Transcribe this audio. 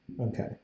Okay